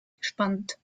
gespannt